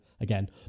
Again